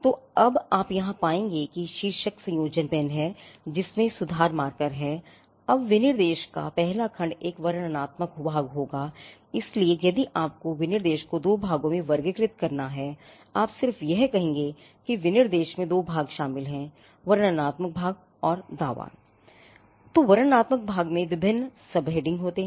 तो अब यहाँ आप पाएंगे कि एक शीर्षक संयोजन पेन है जिसमें सुधार मार्कर होते हैं